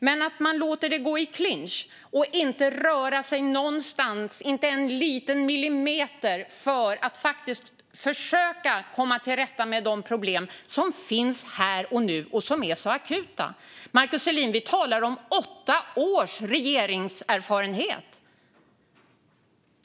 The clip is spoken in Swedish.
Men man låter det gå i clinch och rör sig inte en liten millimeter för att försöka komma till rätta med de problem som finns här och nu och är akuta. Vi talar om åtta års regeringserfarenhet, Markus Selin!